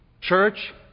Church